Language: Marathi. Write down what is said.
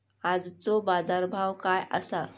आजचो बाजार भाव काय आसा?